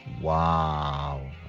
Wow